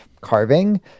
carving